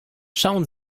schauen